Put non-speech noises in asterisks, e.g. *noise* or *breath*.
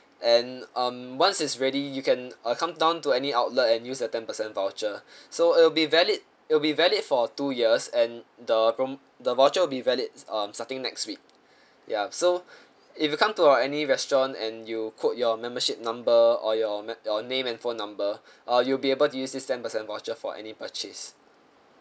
and um once it's ready you can uh come down to any outlet and use a ten percent voucher *breath* so it'll be valid it'll be valid for two years and the prom~ the voucher will be valid um starting next week *breath* ya so if you come to our any restaurant and you quote your membership number or your me~ your name and phone number uh you'll be able use this ten percent voucher for any purchase